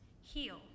heal